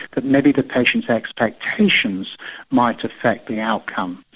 that maybe the patients' expectations might affect the outcome.